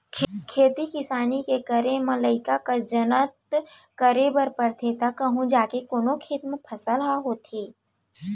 खेती किसानी के करे म लइका कस जनत करे बर परथे तव कहूँ जाके कोनो खेत म फसल ह होथे